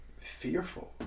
fearful